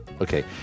Okay